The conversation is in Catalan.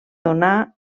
donà